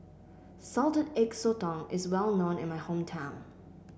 Salted Egg Sotong is well known in my hometown